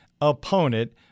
opponent